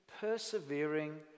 persevering